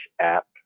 app